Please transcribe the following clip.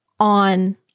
on